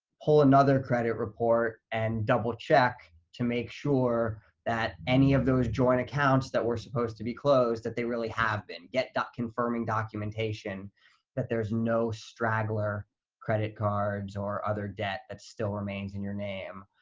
pull another credit report and double check to make sure that any of those joint accounts that were supposed to be closed, that they really have been. get that confirming documentation that there's no straggler credit cards or other debt that still remains in your name,